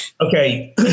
Okay